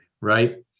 right